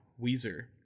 Weezer